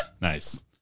Nice